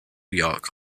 york